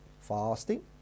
Fasting